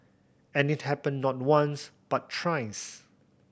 and it happened not once but thrice